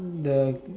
the